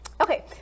Okay